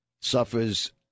suffers